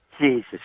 Jesus